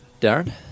Darren